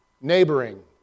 Neighboring